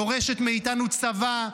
דורשת מאיתנו צבא,